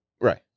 Right